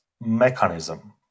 mechanism